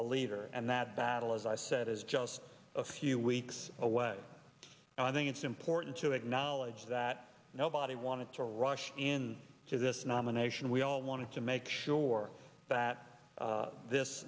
a leader and that battle as i said is just a few weeks away and i think it's important to acknowledge that nobody wanted to rush in to this nomination we all wanted to make sure that this